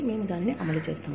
మేము దానిని అమలు చేస్తాము